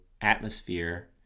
atmosphere